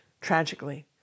tragically